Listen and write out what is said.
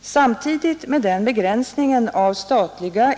Samtidigt med den begränsningen visning.